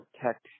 protect